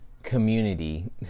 community